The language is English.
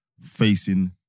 facing